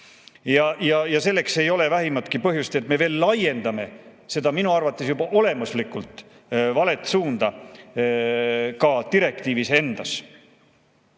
laienenud. Ei ole vähimatki põhjust selleks, et me veel laiendame seda minu arvates juba olemuslikult valet suunda ka direktiivis endas. Ei